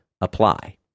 apply